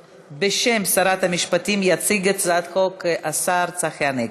החוק, בשם שרת המשפטים, השר צחי הנגבי.